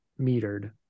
metered